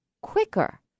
quicker